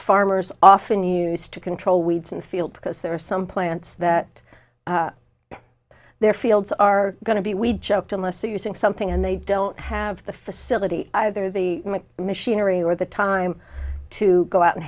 farmers often use to control weeds and field because there are some plants that their fields are going to be we joked unless you sing something and they don't have the facility either the machinery or the time to go out and